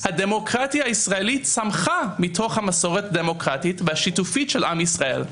הדמוקרטיה הישראלית צמחה מתוך המסורת הדמוקרטית והשיתופית של עם ישראל.